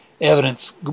evidence